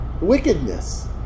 wickedness